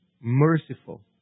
Merciful